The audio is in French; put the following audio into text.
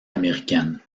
américaine